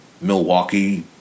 Milwaukee